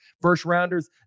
first-rounders